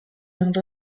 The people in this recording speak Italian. and